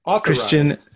Christian